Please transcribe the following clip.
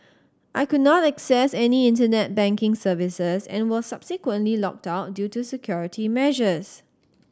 I could not access any Internet banking services and was subsequently locked out due to security measures